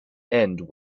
end